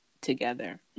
together